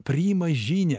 priima žinią